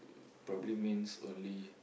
probably means only